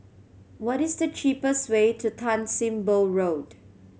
what is the cheapest way to Tan Sim Boh Road